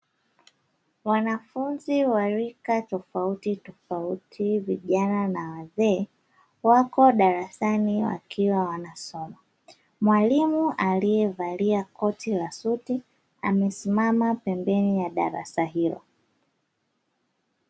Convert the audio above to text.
Wanafunzi wa rika tofauti tofauti vijana na wazee, wako darasani wakiwa wanasoma. Mwalimu aliyevalia koti la suti, amesimama pembeni ya darasa hilo.